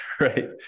right